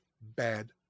bad